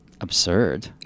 absurd